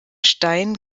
steinen